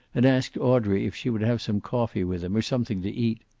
and asked audrey if she would have some coffee with him, or something to eat.